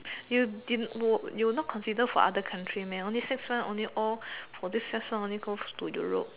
you give it more you not consider for other country meh only six months only all for this six months only go to Europe